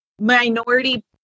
minority